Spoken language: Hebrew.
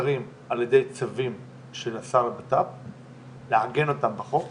לבקרים על ידי צווים של השר לעגן אותם בחוק